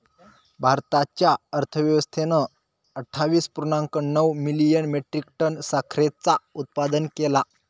भारताच्या अर्थव्यवस्थेन अट्ठावीस पुर्णांक नऊ मिलियन मेट्रीक टन साखरेचा उत्पादन केला